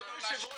כבוד היושב ראש,